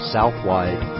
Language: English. Southwide